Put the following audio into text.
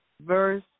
verse